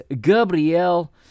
Gabriel